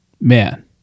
man